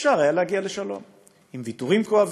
אפשר היה להגיע לשלום עם ויתורים כואבים,